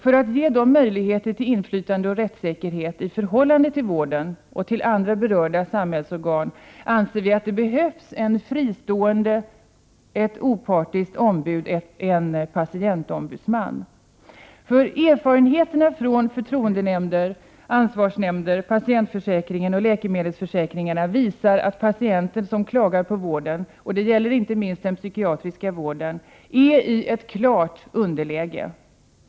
För att ge dem möjligheter till inflytande och rättssäkerhet i förhållande till vården och till andra berörda samhällsorgan behövs, anser vi, ett fristående och opartiskt ombud, en patientombudsman. Erfarenheterna från förtroendenämnder, ansvarsnämnder, patientförsäkringen och läkemedelsförsäkringarna visar att patienter som klagar på vården, inte minst den psykiatriska vården, befinner sig i ett klart underläge.